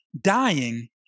dying